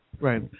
Right